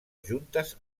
juntes